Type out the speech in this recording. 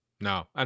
No